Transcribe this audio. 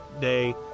day